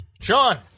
Sean